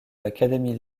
l’académie